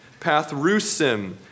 Pathrusim